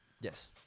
Yes